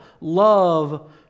love